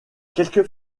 quelques